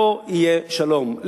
לא יהיה שלום.